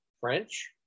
French